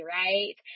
right